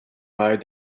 five